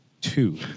two